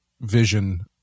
vision